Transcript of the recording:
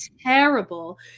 terrible